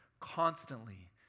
constantly